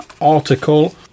article